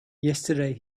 yesterday